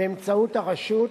באמצעות הרשות,